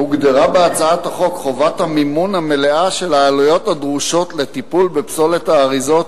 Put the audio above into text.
כך שרשות מקומית תהיה רשאית לקבוע הסדר לטיפול בפסולת האריזות